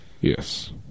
Yes